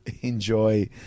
enjoy